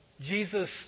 Jesus